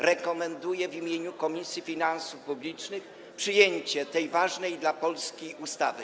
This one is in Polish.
Rekomenduję w imieniu Komisji Finansów Publicznych przyjęcie tej ważnej dla Polski ustawy.